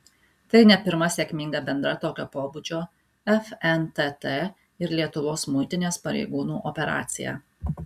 tai ne pirma sėkminga bendra tokio pobūdžio fntt ir lietuvos muitinės pareigūnų operacija